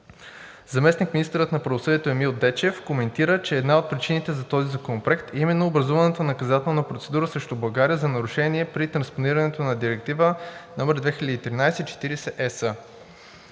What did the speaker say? Заместник-министърът на правосъдието Емил Дечев коментира, че една от причините за този законопроект, е именно образуваната наказателна процедура срещу България за нарушение при транспонирането на Директива № 2013/40/ЕС.